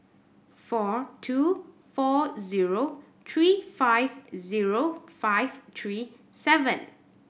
four two four zero three five zero five three seven